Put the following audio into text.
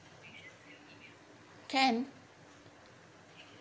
can